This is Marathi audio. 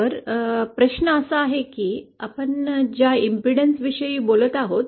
तर प्रश्न असा आहे की आपण ज्या इम्पेडन्स विषयी बोलत आहोत